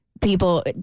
people